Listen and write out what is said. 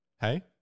Hey